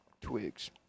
Twigs